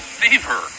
fever